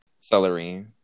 celery